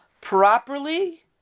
properly